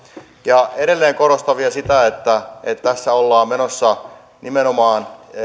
ja edelleen korostan vielä sitä että että tässä ollaan menossa nimenomaan